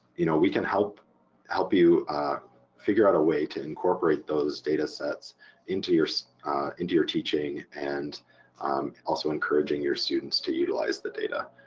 you know, we can help help you figure out a way to incorporate those data sets into your so into your teaching and also encouraging your students to utilize the data.